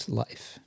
life